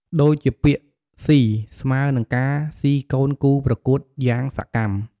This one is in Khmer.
ដូចជាពាក្យ ស៊ី ស្មើនិងការស៊ីកូនគូប្រកួតយ៉ាងសកម្ម។